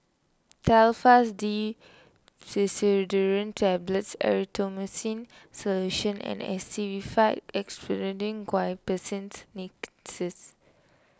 Telfast D Pseudoephrine Tablets Erythroymycin Solution and Actified Expectorant Guaiphenesin Linctus